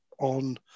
on